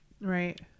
right